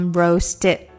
roasted